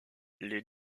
les